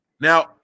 Now